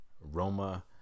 Roma